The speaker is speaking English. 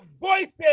voices